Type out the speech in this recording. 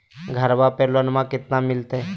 घरबा पे लोनमा कतना मिलते?